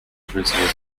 principles